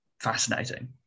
fascinating